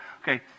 Okay